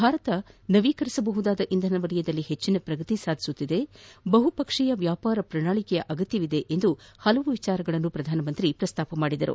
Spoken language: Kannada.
ಭಾರತ ನವೀಕರಿಸಬಹುದಾದ ಇಂಧನ ವಲಯದಲ್ಲಿ ಹೆಚ್ಚಿನ ಪ್ರಗತಿ ಸಾಧಿಸುತ್ತಿದೆ ಬಹು ಪಕ್ಷೀಯ ವ್ಯಾಪಾರ ಪ್ರಣಾಳಿಕೆಯ ಅಗತ್ಯವಿದೆ ಎಂದು ಹಲವು ವಿಚಾರಗಳನ್ನು ಪ್ರಸ್ತಾಪಿಸಿದರು